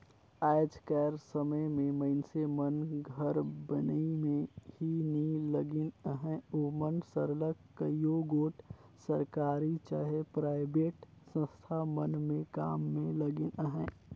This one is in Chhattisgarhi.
आएज कर समे में मइनसे मन घर बनई में ही नी लगिन अहें ओमन सरलग कइयो गोट सरकारी चहे पराइबेट संस्था मन में काम में लगिन अहें